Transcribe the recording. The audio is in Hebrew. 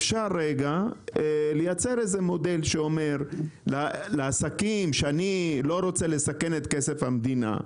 אפשר לייצר איזה מודל שאומר לעסקים: "אני לא רוצה לסכן את כסף המדינה",